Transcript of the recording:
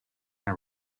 and